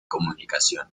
comunicación